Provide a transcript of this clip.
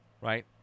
right